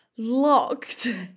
Locked